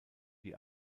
die